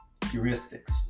Heuristics